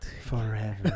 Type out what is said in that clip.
Forever